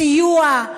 סיוע,